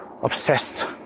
obsessed